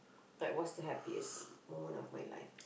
like what's the happiest moment of my life